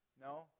No